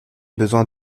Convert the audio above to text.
besoin